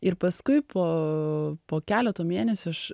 ir paskui po po keleto mėnesių aš